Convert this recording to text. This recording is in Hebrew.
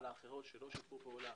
על האחרות שלא שיתפו פעולה,